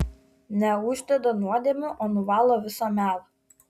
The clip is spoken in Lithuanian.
neuždeda nuodėmių o nuvalo visą melą